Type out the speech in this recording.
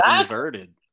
inverted